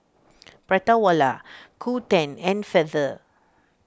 Prata Wala Qoo ten and Feather